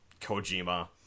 kojima